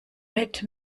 mit